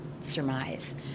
surmise